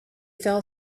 fell